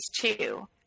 two